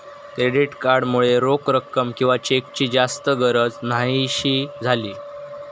credit card मुळे रोख रक्कम किंवा चेकची जास्त गरज न्हाहीशी झाली